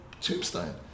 tombstone